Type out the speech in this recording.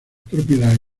propiedad